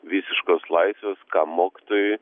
visiškos laisvės kam mokytojui